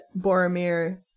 Boromir